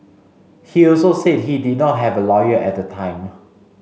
he also said he did not have a lawyer at a time